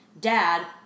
Dad